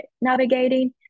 navigating